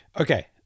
Okay